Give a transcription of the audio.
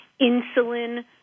insulin